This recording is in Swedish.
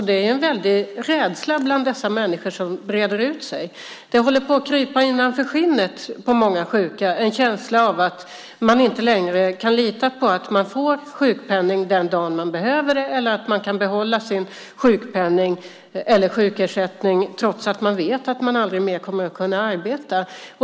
Det är en väldig rädsla som breder ut sig bland dessa människor. Hos många sjuka håller det på att krypa in en känsla innanför skinnet av att de inte längre kan lita på att de får sjukpenning den dag de behöver det eller att de kan behålla sin sjukpenning eller sjukersättning trots att de vet att de aldrig mer kommer att kunna arbeta.